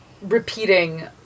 repeating